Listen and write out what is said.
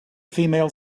female